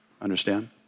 Understand